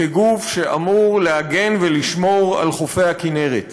כגוף שאמור להגן ולשמור על חופי הכינרת.